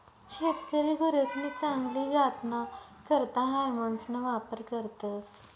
शेतकरी गुरसनी चांगली जातना करता हार्मोन्सना वापर करतस